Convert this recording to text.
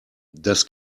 das